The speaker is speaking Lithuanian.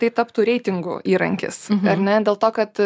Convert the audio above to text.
tai taptų reitingų įrankis ar ne dėl to kad